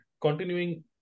continuing